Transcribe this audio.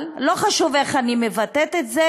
לא חשוב איך אני מבטאת את זה,